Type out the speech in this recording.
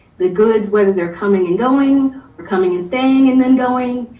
the goods, whether they're coming and going or coming and staying, and then going,